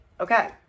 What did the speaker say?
Okay